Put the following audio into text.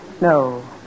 No